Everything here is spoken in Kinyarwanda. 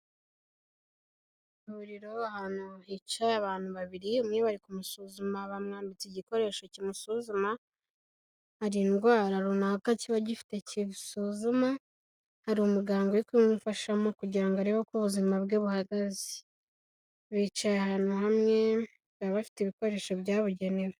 Ihuriro ahantu hica abantu babiri, umwe bari kumusuzuma bamwambitse igikoresho kimusuzuma, hari indwara runaka kiba gifite gisuzuma, hari umuganga yo kubimufashamo kugira ngo arebe uko ubuzima bwe buhagaze, bicaye ahantu hamwe baba bafite ibikoresho byabugenewe.